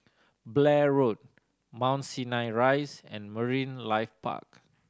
Blair Road Mount Sinai Rise and Marine Life Park